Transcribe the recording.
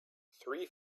three